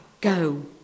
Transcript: Go